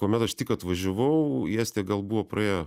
kuomet aš tik atvažiavau į estiją gal buvo praėję